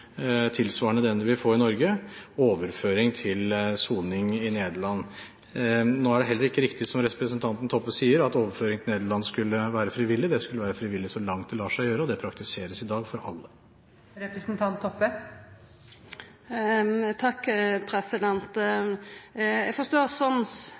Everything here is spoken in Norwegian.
det heller ikke riktig, som representanten Toppe sier, at overføring til Nederland skulle være frivillig. Det skulle være frivillig så langt det lar seg gjøre, og det praktiseres i dag for alle. Etter det statsråden argumenterer med, forstår